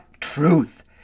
truth